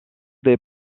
des